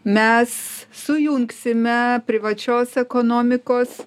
mes sujungsime privačios ekonomikos